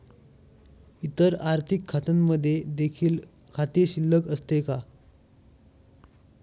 इतर आर्थिक खात्यांमध्ये देखील खाते शिल्लक असते का?